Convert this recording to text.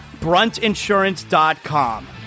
BruntInsurance.com